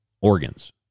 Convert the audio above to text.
organs